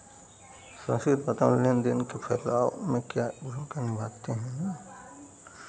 संस्कृत लेन देन के फैलाव में क्या भूमिका निभाती है ना